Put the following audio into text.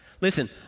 Listen